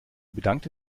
bedankte